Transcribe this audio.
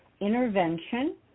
intervention